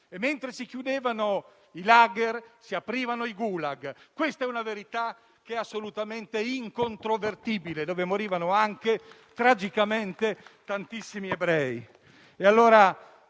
mentre si chiudevano i *lager,* si aprivano i *gulag* (questa è una verità assolutamente incontrovertibile), dove morivano anche tragicamente tantissimi ebrei.